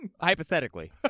Hypothetically